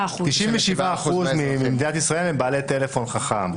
97% ממדינת ישראל הם בעלי טלפון חכם.